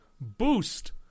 boost